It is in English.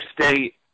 state